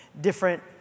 different